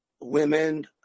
women